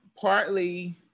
partly